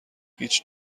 هیچ